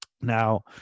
now